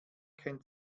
kennt